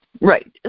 Right